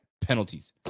Penalties